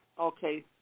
Okay